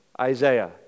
Isaiah